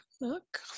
look